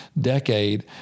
decade